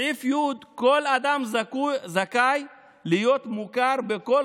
בסעיף ו': "כל אדם זכאי להיות מוכר בכל